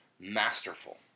masterful